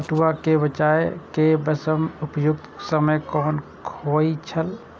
पटुआ केय बेचय केय सबसं उपयुक्त समय कोन होय छल?